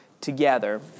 together